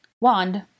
Wand